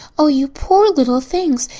oh, you poor little things!